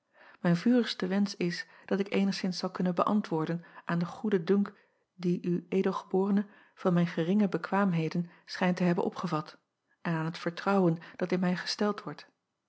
ijn vurigste wensch is dat ik eenigszins zal kunnen beäntwoorden aan den goeden dunk dien w d eb van mijn geringe bekwaamheden schijnt te hebben opgevat en aan het vertrouwen dat in mij gesteld wordt